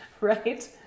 right